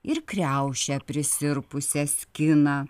ir kriaušę prisirpusią skina